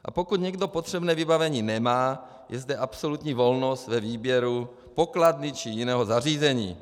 A pokud někdo potřebné vybavení nemá, je zde absolutní volnost ve výběru pokladny či jiného zařízení.